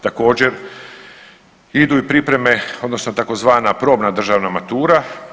Također, idu i pripreme odnosno tzv. probna državna matura.